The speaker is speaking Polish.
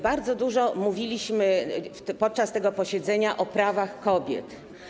Bardzo dużo mówiliśmy podczas tego posiedzenia o prawach kobiet.